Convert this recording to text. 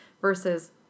versus